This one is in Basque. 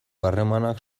harremanak